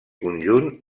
conjunt